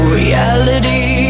reality